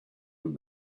when